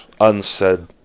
unsaid